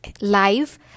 live